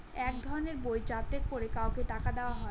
এক ধরনের বই যাতে করে কাউকে টাকা দেয়া হয়